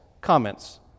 comments